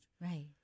Right